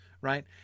right